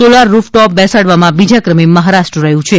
solar rooftop બેસાડવામાં બીજા ક્રમે મહારાષ્ટ્ર રહ્યું છે